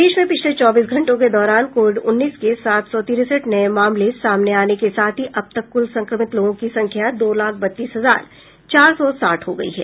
प्रदेश में पिछले चौबीस घंटों के दौरान कोविड उन्नीस के सात सौ तिरेसठ नये मामले सामने आने के साथ ही अब तक कुल संक्रमित लोगों की संख्या दो लाख बत्तीस हजार चार सौ साठ हो गयी है